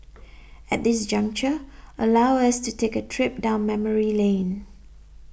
at this juncture allow us to take a trip down memory lane